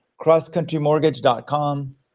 crosscountrymortgage.com